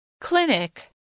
Clinic